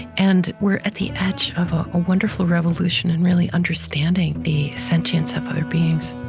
and we're at the edge of a wonderful revolution in really understanding the sentience of other beings